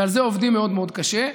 ועל זה עובדים מאוד מאוד קשה.